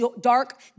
dark